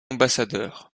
ambassadeur